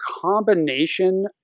combination